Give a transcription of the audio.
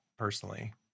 personally